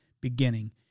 beginning